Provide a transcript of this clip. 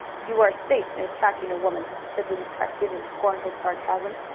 you are safe in attacking a woman, said the detective in scornful sarcasm.